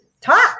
talk